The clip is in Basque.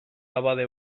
abade